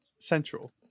central